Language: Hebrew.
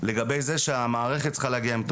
לגבי זה שהמערכת צריכה להגיע עם תוכנית.